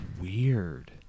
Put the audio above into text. weird